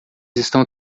estão